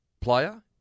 player